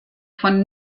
von